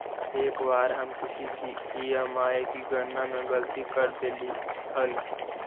एक बार हम किसी की ई.एम.आई की गणना में गलती कर देली हल